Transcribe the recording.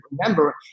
remember